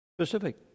specific